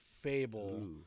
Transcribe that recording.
fable